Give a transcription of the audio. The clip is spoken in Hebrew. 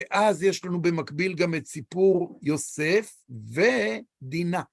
ואז יש לנו במקביל גם את סיפור יוסף ודינה.